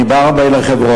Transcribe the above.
אני בא הרבה לחברון,